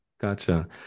Gotcha